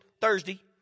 Thursday